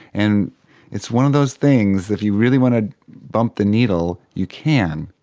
and it's one of those things, if you really want to bump the needle you can.